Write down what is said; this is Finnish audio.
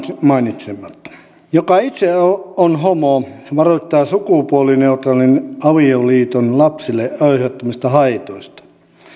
mainitsematta hän itse on homo ja varoittaa sukupuolineutraalin avioliiton lapsille aiheuttamista haitoista